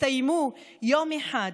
יסתיימו יום אחד,